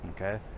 Okay